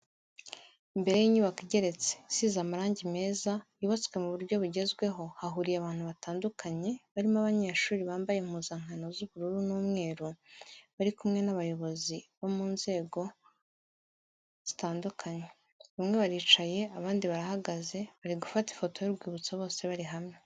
Imbere y'inyubako igeretse, isize amarangi meza yubatswe mu buryo bugezweho hahuriye abantu batandukanye barimo abanyeshuri bambaye impuzankano z'ubururu n'umweru, bari kumwe n'abayobozi bo mu nzego zitandukanye, bamwe baricaye abandi barahagaze bari gufata ifoto y'urwibutso bose bari hamwe.